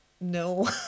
No